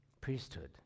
priesthood